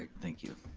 thank you.